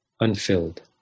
unfilled